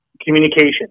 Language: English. communication